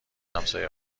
همسایه